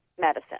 medicine